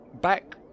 back